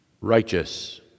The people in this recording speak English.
righteous